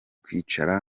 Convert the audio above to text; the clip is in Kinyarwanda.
kwicara